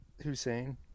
Hussein